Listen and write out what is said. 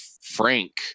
Frank